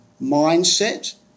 mindset